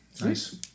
Nice